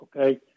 okay